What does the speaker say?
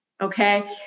Okay